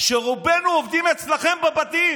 שרובנו עובדים אצלכם בבתים,